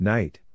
Night